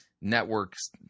networks –